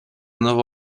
nowo